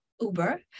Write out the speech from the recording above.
Uber